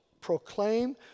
proclaim